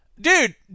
dude